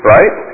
Right